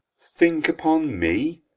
think upon me!